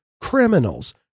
criminals